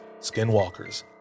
skinwalkers